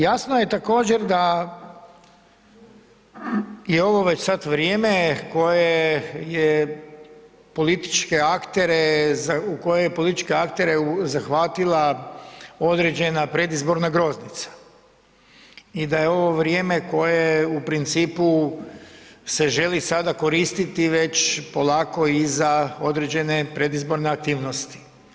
Jasno je također, da je ovo već sad vrijeme koje je političke aktere, u koje je političke aktere zahvatila određena predizborna groznica i da je ovo vrijeme koje u principu se želi sada koristiti već polako i za određene predizborne aktivnosti.